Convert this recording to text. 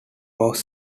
off